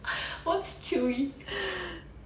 what's chewy